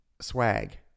swag